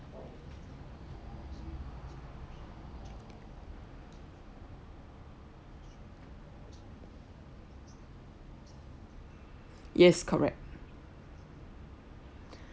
yes correct